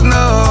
no